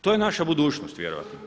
To je naša budućnost vjerojatno.